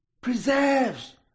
Preserves